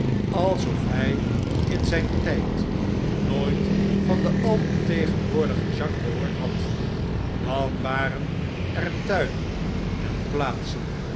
alsof hjj in zijn tn'd nooit van den alomtegenwoordigen jacques gehoord had dan waren ertuinen en plaatsen